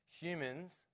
Humans